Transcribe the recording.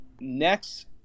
next